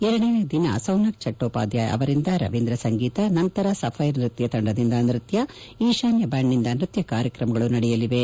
ಎರಡನೇ ದಿನ ಸೌನಕ್ ಚೆಟ್ಟೋಪಾಧ್ವಾಯ ಅವರಿಂದ ರವೀಂದ್ರ ಸಂಗೀತ ನಂತರ ಸಫ್ಟೆರ್ ನೃತ್ತ ತಂಡದಿಂದ ನೃತ್ಯ ಈಶಾನ್ಯ ಬ್ಯಾಂಡ್ನಿಂದ ನೃತ್ಯ ಕಾರ್ಯಕ್ರಮಗಳು ನಡೆಯಲಿವೆ